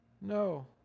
No